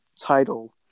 title